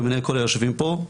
ובעיניי כל היושבים פה,